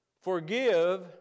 Forgive